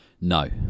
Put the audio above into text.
No